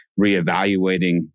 reevaluating